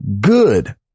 good